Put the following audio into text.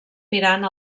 mirant